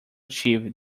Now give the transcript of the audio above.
achieve